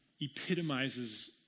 epitomizes